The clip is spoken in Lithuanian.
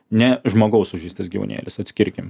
ne žmogaus sužeistas gyvūnėlis atskirkim